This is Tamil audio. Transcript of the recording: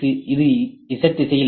இது Z திசையில் நகரும்